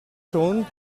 schon